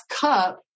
cup